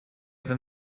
than